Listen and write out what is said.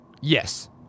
Yes